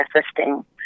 assisting